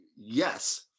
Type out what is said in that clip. yes